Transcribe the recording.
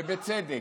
ובצדק,